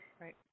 Right